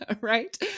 right